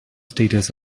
status